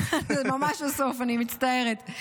זה ממש הסוף, אני מצטערת.